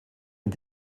und